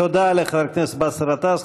תודה לחבר הכנסת באסל גטאס.